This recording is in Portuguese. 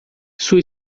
sua